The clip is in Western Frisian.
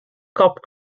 kop